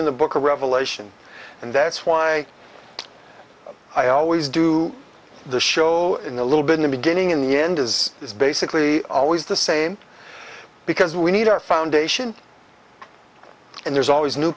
in the book of revelation and that's why i always do the show in the little bit in the beginning in the end as it's basically always the same because we need our foundation and there's always new